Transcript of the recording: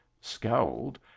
scowled